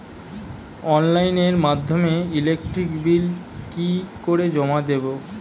অনলাইনের মাধ্যমে electric bill কি করে জমা দেবো?